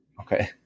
okay